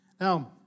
Now